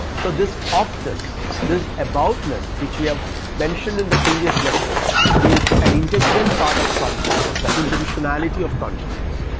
so, this ofness this aboutness, which we have mentioned in the previous lecture is an integral part of consciousness the intentionality of consciousness.